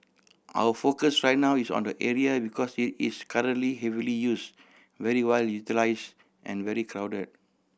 our focus right now is on the area because it is currently heavily use very well utilise and very crowded